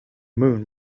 moon